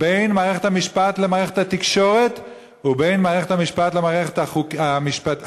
בין מערכת המשפט למערכת התקשורת ובין מערכת המשפט למערכת הפרלמנטרית?